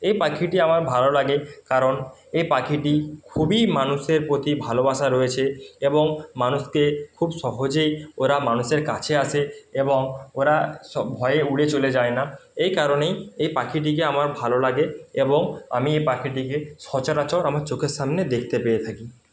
এই পাখিটি আমার ভালো লাগে কারণ এই পাখিটি খুবই মানুষের প্রতি ভালোবাসা রয়েছে এবং মানুষকে খুব সহজেই ওরা মানুষের কাছে আসে এবং ওরা সব ভয়ে উড়ে চলে যায় না এই কারণেই এই পাখিটিকে আমার ভালো লাগে এবং আমি এই পাখিটিকে সচারচর আমার চোখের সামনে দেখতে পেয়ে থাকি